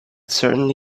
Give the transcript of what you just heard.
certainly